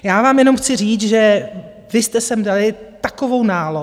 Já vám jenom chci říct, že vy jste sem dali takovou nálož...